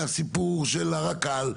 מהסיפור של הרק"ל.